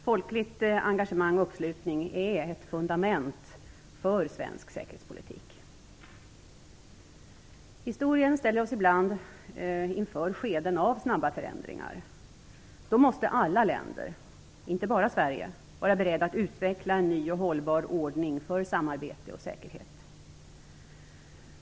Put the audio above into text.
Folkligt engagemang och uppslutning är ett fundament för svensk säkerhetspolitik. Historien ställer oss ibland inför skeden av snabba förändringar. Då måste alla länder, inte bara Sverige, vara beredda att utveckla en ny och hållbar ordning för samarbete och säkerhet.